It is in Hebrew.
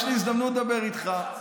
שאתה רוצה לדבר איתי אתה יכול.